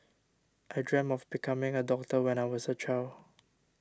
I dreamt of becoming a doctor when I was a child